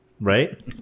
Right